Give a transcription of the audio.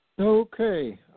okay